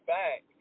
back